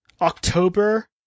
October